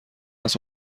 است